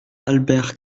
albert